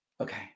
okay